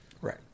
Right